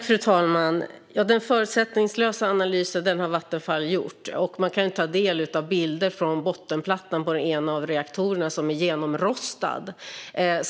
Fru talman! Den förutsättningslösa analysen har Vattenfall gjort. Man kan ta del av bilder på bottenplattan i den ena av reaktorerna, och den är genomrostad.